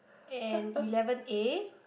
and eleven A